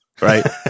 right